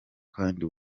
kandi